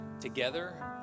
together